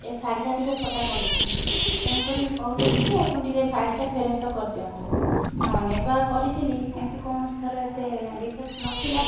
ଏ ଶାଢ଼ୀଟା ଟିକେ ଫଟା ପଡ଼ିଛି ତେଣୁକରି କହୁଥିଲି କି ଆପଣ ଟିକେ ଶାଢ଼ୀଟା ଫେରସ୍ତ କରିଦିଅନ୍ତୁ ଅନେକ ବାର କରିଥିଲି ଏମିତି କୌଣସିଥର ଏତେ ଡିଫେକ୍ଟ ନଥିଲା